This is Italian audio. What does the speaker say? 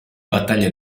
battaglia